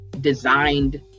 designed